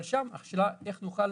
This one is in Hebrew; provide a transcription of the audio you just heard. שם השאלה איך נוכל